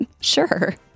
Sure